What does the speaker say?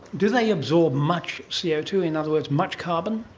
do they absorb much c o two? in other words much carbon?